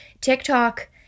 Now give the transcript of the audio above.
TikTok